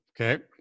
Okay